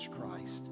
Christ